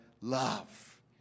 love